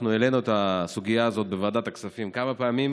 אנחנו העלינו את הסוגיה הזאת בוועדת הכספים כמה פעמים,